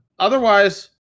Otherwise